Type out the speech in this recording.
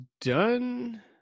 done